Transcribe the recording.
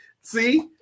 See